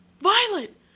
Violet